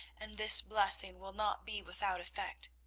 and this blessing will not be without effect.